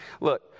Look